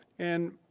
and